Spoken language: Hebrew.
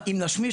אם נשמיש?